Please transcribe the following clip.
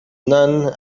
none